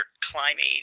climbing